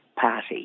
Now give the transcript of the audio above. party